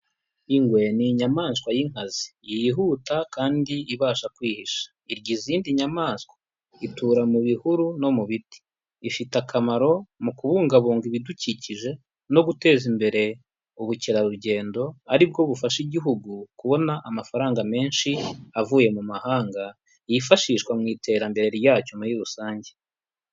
Ingwe ni inyamaswa y'inkazi, yihuta kandi ibasha kwihisha, irya izindi nyamaswa itura mu bihuru no mu biti, ifite akamaro mu kubungabunga ibidukikije no guteza imbere ubukerarugendo, aribwo bufasha igihugu kubona amafaranga menshi avuye mu mahanga yifashishwa mu iterambere ryacyo muri rusange.